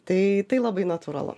tai tai labai natūralu